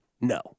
No